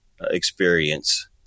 experience